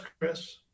Chris